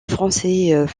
français